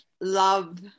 love